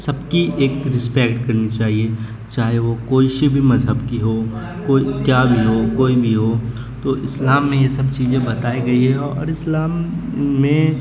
سب کی ایک رسپیکٹ کرنی چاہیے چاہے وہ کوئی شے بھی مذہب کی ہو کوئی کیا بھی ہو کوئی بھی ہو تو اسلام میں یہ سب چیزیں بتائی گئی ہے اور اسلام میں